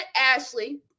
Ashley